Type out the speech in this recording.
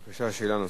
בבקשה, שאלה נוספת.